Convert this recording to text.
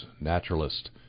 naturalist